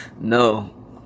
No